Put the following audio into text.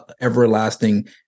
everlasting